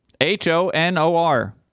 H-O-N-O-R